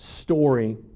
story